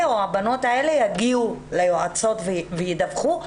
או הבנות האלה יגיעו ליועצות וידווחו,